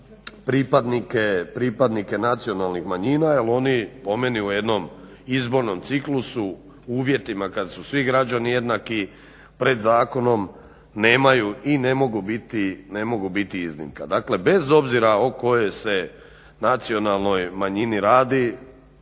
pripadnike nacionalnih manjina jer oni po meni u jednom izbornom ciklusu u uvjetima kad su svi građani jednaki pred zakonom nemaju i ne mogu biti iznimka. Dakle bez obzira o kojoj se nacionalnoj manjini radi,